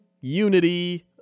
unity